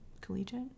collegiate